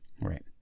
right